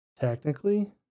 Technically